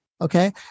okay